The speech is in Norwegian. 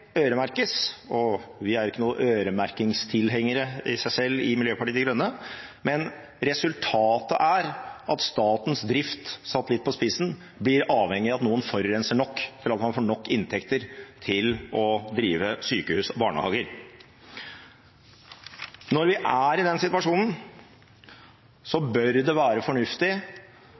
Vi i Miljøpartiet De Grønne er ikke øremerkingstilhengere i seg selv, men resultatet er at statens drift, satt litt på spissen, blir avhengig av at noen forurenser nok til at man får nok inntekter til å drive sykehus og barnehager. Når vi er i den situasjonen, bør det være fornuftig